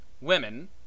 women